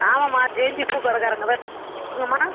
ஆமாம்மா ஜெயந்தி பூக்கடைக்காரங்கதான் சொல்லும்மா